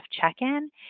check-in